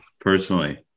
personally